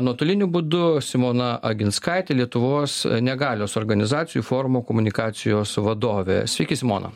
nuotoliniu būdu simona aginskaitė lietuvos negalios organizacijų forumo komunikacijos vadovė sveiki simona